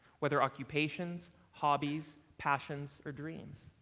whether occupations, hobbies, passions or dreams.